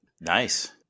Nice